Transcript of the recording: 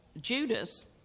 Judas